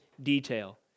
detail